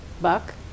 buck